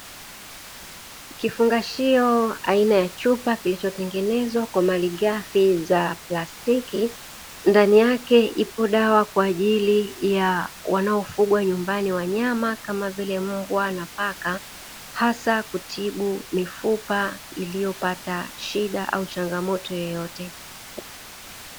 Kifungashio aina ya chupa kilichotengenezwa kwa malighafi za plastiki, ndani yake ipo dawa kwa ajili ya wanaofugwa nyumbani wanyama kama vile mbwa na paka, hasa kutibu mifupa iliyopata shida au changamoto yoyote.